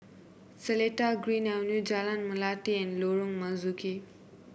Seletar Green Avenue Jalan Melati and Lorong Marzuki